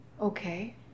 Okay